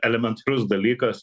elementarus dalykas